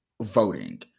voting